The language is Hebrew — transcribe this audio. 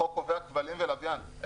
החוק קובע כבלים ולוויין.